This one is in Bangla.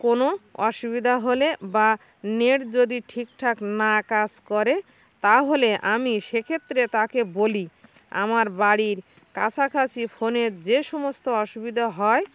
কোনো অসুবিধা হলে বা নেট যদি ঠিকঠাক না কাজ করে তাহলে আমি সে ক্ষেত্রে তাকে বলি আমার বাড়ির কাছাকাছি ফোনের যে সমস্ত অসুবিধা হয়